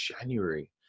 january